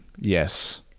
yes